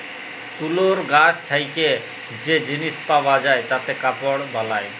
তুলর গাছ থেক্যে যে জিলিস পাওয়া যায় তাতে কাপড় বালায়